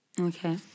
Okay